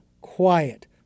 quiet